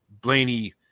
blaney